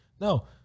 No